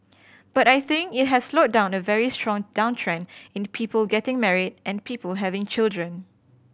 but I think it has slowed down the very strong downtrend in the people getting married and people having children